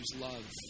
love